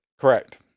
Correct